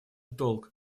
долг